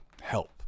help